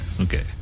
Okay